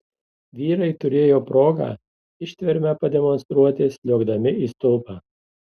vyrai turėjo progą ištvermę pademonstruoti sliuogdami į stulpą